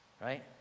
Right